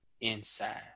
inside